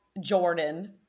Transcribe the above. Jordan